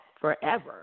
forever